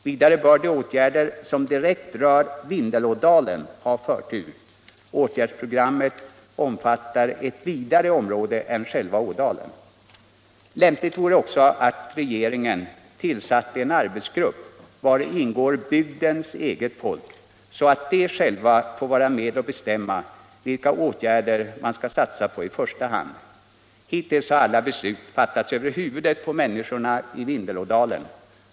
Vidare bör de åtgärder som direkt rör Vindelådalen ha förtur — åtgärdsprogrammet omfattar ett vidare område än själva ådalen. Lämpligt vore också att regeringen tillsatte en arbetsgrupp vari ingick bygdens eget folk så att de själva får vara med och bestämma vilka åtgärder man skall satsa på i första hand. Hittills har alla beslut fattats över huvudet på människorna i Vin 147 delådalen.